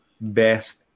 best